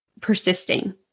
persisting